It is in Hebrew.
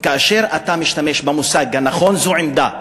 כאשר אתה משתמש במושג הנכון זו עמדה.